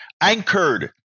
anchored